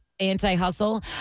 Anti-hustle